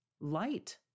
light